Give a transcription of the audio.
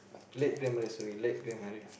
late grandmother sorry late grandmother